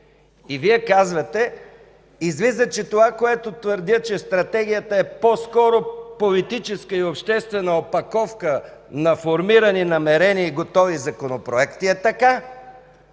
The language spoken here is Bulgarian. и Вие казвате – излиза, че това, което твърдя, че Стратегията е по-скоро политическа и обществена опаковка на формирани намерения и готови законопроекти, е така!